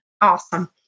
awesome